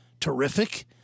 terrific